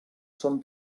són